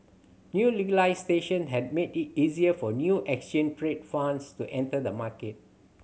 new legislation has made it easier for new exchange traded funds to enter the market